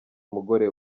umugore